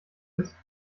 ist